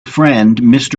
friend